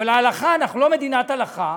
אבל אנחנו לא מדינת הלכה.